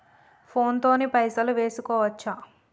Phone తోని పైసలు వేసుకోవచ్చా?